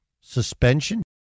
suspension